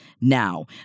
now